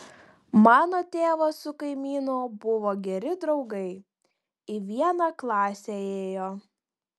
mano tėvas su kaimynu buvo geri draugai į vieną klasę ėjo